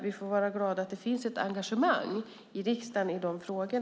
Vi får vara glada att det finns ett engagemang i riksdagen i dessa frågor.